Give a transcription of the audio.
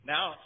Now